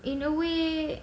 in a way